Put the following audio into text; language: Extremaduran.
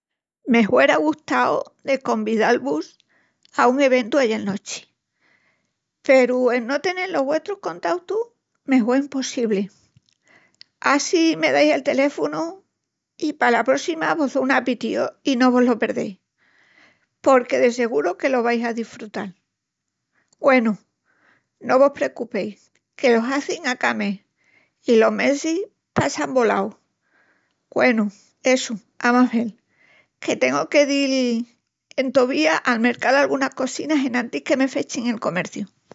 ...me huera gustau de convidal-vus a un eventu ayel nochi, peru en no tenel los vuestrus contautus, me hue impossibli. Á si me dais el teléfonu i pala próssima vos do un apitíu i no vo-lo perdeis, porque de seguru que lo vais a desfrutal. Güenu, no vos precupeis, que lo hazin a ca mes i los mesis passan volaus. Güenu, essu, a más vel, que tengu de dil entovía a mercal anguna cosina enantis que me fechin el comerciu.